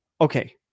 okay